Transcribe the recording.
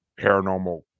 paranormal